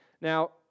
Now